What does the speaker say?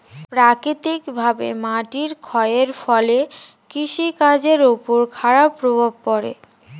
প্রাকৃতিকভাবে মাটির ক্ষয়ের ফলে কৃষি কাজের উপর খারাপ প্রভাব পড়ে